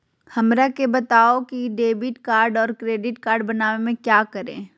हमरा के बताओ की डेबिट कार्ड और क्रेडिट कार्ड बनवाने में क्या करें?